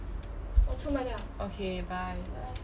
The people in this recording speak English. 我出门了 okay bye bye